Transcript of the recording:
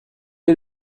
est